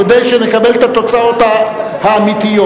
כדי שנקבל את התוצאות האמיתיות.